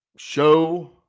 Show